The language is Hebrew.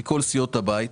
מכל סיעות הבית.